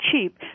cheap